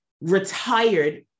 retired